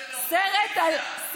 סרט על האופוזיציה: משימה בלתי אפשרית.